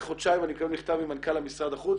אחרי חודשיים אני מקבל מכתב ממנכ"ל משרד החוץ,